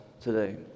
today